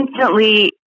instantly